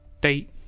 date